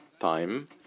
time